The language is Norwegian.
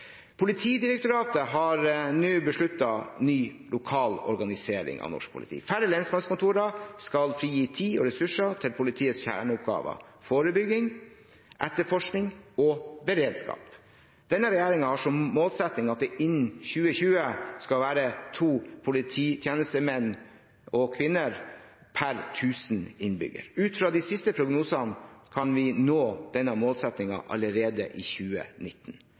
Politidirektoratet har nå besluttet en ny lokal organisering av norsk politi. Færre lensmannskontorer skal frigi tid og ressurser til politiets kjerneoppgaver: forebygging, etterforskning og beredskap. Denne regjeringen har som målsetting at det innen 2020 skal være to polititjenestemenn eller -kvinner per 1 000 innbyggere. Ut fra de siste prognosene kan vi nå denne målsettingen allerede i 2019.